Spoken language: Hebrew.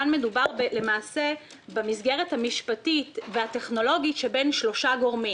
כאן מדובר למעשה במסגרת המשפטית והטכנולוגית שבין שלושה גורמים